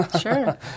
Sure